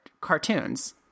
cartoons